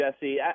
Jesse